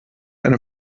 eine